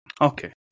Okay